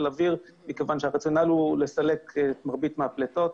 אוויר מכיוון שהרציונל הוא לסלק את מרבית הפליטות.